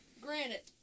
Granite